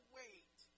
wait